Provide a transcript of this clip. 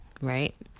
right